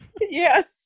yes